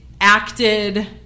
acted